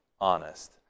honest